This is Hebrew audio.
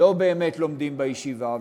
לא באמת לומדים בישיבה.